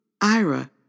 Ira